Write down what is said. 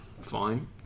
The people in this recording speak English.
fine